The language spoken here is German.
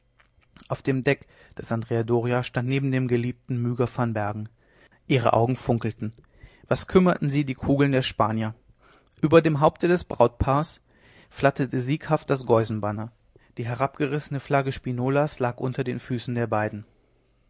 auf dem deck des andrea doria stand neben dem geliebten myga van bergen ihre augen funkelten was kümmerten sie die kugeln der spanier über dem haupte des brautpaares flatterte sieghaft das geusenbanner die herabgerissene flagge spinolas lag unter den füßen der beiden